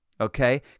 okay